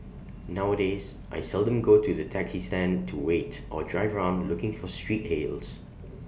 nowadays I seldom go to the taxi stand to wait or drive around looking for street hails